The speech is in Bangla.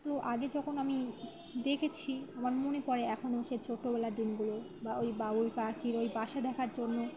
তো আগে যখন আমি দেখেছি আমার মনে পড়ে এখনও সেই ছোটবেলার দিনগুলো বা ওই বাবুই পাখির ওই বাসা দেখার জন্য